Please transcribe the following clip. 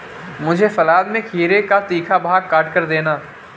मुझे सलाद में खीरे का तीखा भाग काटकर देना